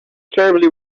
terribly